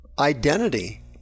identity